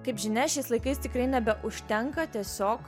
kaip žinia šiais laikais tikrai nebeužtenka tiesiog